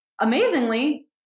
Amazingly